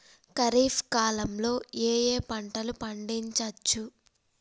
ఖరీఫ్ కాలంలో ఏ ఏ పంటలు పండించచ్చు?